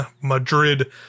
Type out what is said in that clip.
Madrid